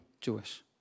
Jewish